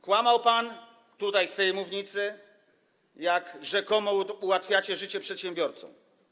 Kłamał pan z tej mównicy, jak rzekomo ułatwiacie życie przedsiębiorcom.